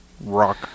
rock